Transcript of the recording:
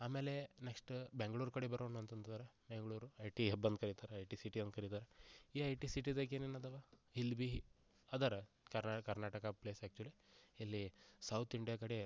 ಆಮೇಲೆ ನೆಕ್ಸ್ಟ್ ಬೆಂಗ್ಳೂರ್ ಕಡೆ ಬರೋಣ ಅಂತಂದ್ರೆ ಬೆಂಗ್ಳೂರು ಐ ಟಿ ಹಬ್ ಅಂತ ಕರೀತಾರೆ ಐ ಟಿ ಸಿಟಿ ಅಂತ ಕರೀತಾರೆ ಈ ಐ ಟಿ ಸಿಟಿದಾಗೆ ಏನೇನ್ ಅದಾವ ಇಲ್ಲಿ ಬಿ ಅದರ ಕಡೆ ಕರ್ನಾಟಕ ಪ್ಲೇಸ್ ಆ್ಯಕ್ಚುಲಿ ಇಲ್ಲಿ ಸೌತ್ ಇಂಡಿಯಾ ಕಡೆ